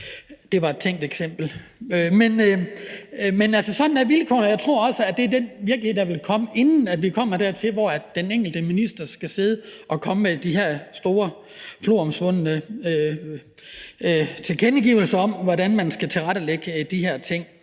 Det var et tænkt eksempel. Men sådan er vilkårene, og jeg tror også, at det er den virkelighed, der vil komme, inden vi kommer dertil, hvor den enkelte minister skal sidde og komme med de her store floromvundne tilkendegivelser om, hvordan man skal tilrettelægge de her ting.